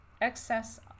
excess